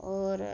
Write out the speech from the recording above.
होर